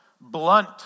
blunt